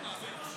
זה או שכן או שלא.